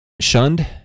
shunned